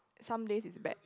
some days it's bad